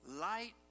Light